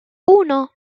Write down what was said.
uno